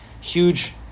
huge